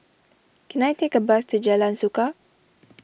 can I take a bus to Jalan Suka